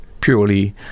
purely